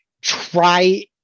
try